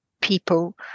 people